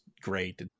great